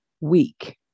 Weak